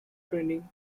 training